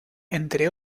entre